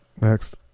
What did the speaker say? Next